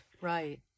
Right